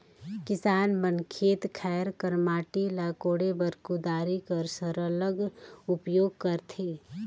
किसान मन खेत खाएर कर माटी ल कोड़े बर कुदारी कर सरलग उपियोग करथे